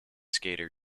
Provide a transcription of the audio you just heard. skater